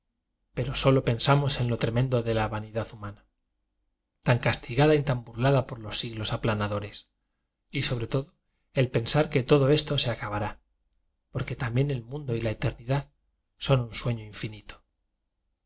pero solo pensa rnos en lo tremendo de la vanidad humana tan castigada y tan burlada por los siglos aplanadores y sobre todo el pensar que todo esto se acabará porque también el mundo y la eternidad son un sueño infinito